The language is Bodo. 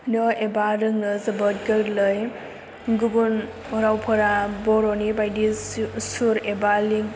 नो एबा रोंनो जोबोत गोरलै गुबुन रावफोरा बर'नि बायदि सुर एबा